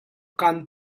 kan